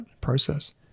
process